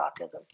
autism